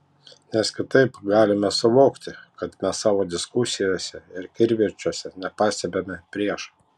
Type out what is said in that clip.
nes kitaip galime suvokti kad mes savo diskusijose ir kivirčuose nepastebime priešo